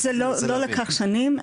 זה לא לקח שנים,